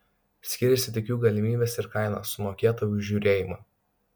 skiriasi tik jų galimybės ir kaina sumokėta už žiūrėjimą